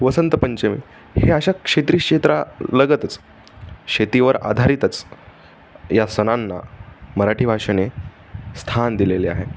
वसंतपंचमी हे अशा क्षेत्रि शेत्रालगतच शेतीवर आधारितच या सणांना मराठी भाषेने स्थान दिलेले आहे